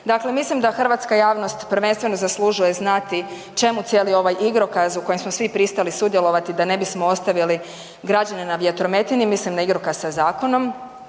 Dakle, mislim da hrvatska javnost prvenstveno zaslužuje znati čemu cijeli ovaj igrokaz u kojem smo svi pristali sudjelovati da ne bismo ostavili građane na vjetrometini, mislim na igrokaz sa zakonom